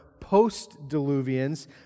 post-Diluvians